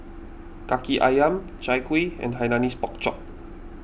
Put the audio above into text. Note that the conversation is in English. Kaki Ayam Chai Kuih and Hainanese Pork Chop